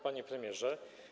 Panie Premierze!